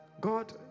God